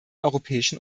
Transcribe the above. europäischen